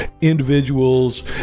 individuals